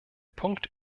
punkt